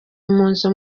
impunzi